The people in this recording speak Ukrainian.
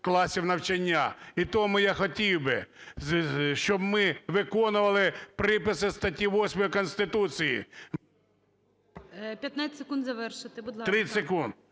класів навчання. І тому я хотів би, щоб ми виконували приписи статті 8 Конституції.